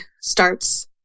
starts